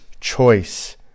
choice